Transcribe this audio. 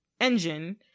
engine